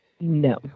No